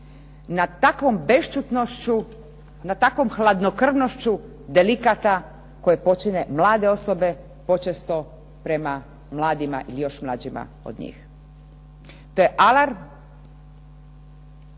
na takvom hladnokrvnošću delikata koje počine mlade osobe počesto prema mladima ili još mlađima od njih, te alarm